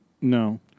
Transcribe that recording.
No